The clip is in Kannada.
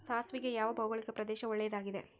ಸಾಸಿವೆಗೆ ಯಾವ ಭೌಗೋಳಿಕ ಪ್ರದೇಶ ಒಳ್ಳೆಯದಾಗಿದೆ?